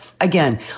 Again